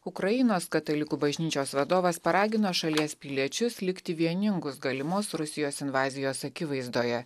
ukrainos katalikų bažnyčios vadovas paragino šalies piliečius likti vieningus galimos rusijos invazijos akivaizdoje